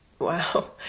Wow